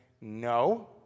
no